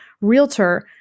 realtor